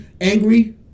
angry